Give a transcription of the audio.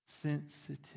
Sensitive